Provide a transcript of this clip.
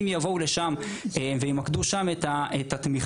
אם יבואו לשם וימקדו שם את התמיכה,